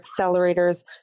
accelerators